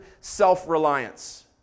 self-reliance